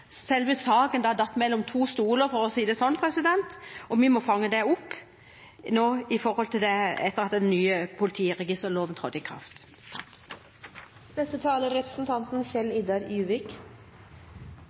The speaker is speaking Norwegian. selve saken da datt mellom to stoler, for å si det sånn, og vi må nå fange det opp etter at den nye politiregisterloven trådte i